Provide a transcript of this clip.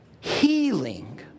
healing